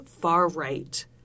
far-right